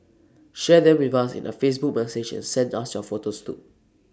share them with us in A Facebook message and send us your photos too